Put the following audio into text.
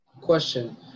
Question